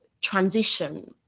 transition